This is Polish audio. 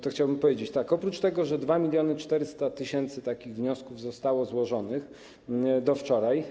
To chciałbym odpowiedzieć: oprócz tego, że 2400 tys. takich wniosków zostało złożonych do wczoraj.